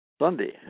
Sunday